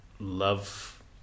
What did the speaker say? love